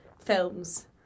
films